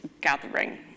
gathering